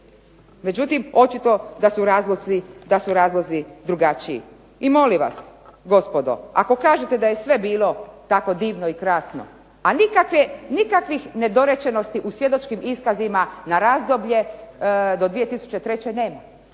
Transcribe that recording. Međutim očito da su razlozi drugačiji. I molim vas gospodo ako kažete da je sve bilo tako divno i krasno a nikakvih nedorečenosti u svjedočkim iskazima na razdoblje do 2003., ne